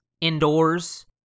indoors